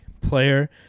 player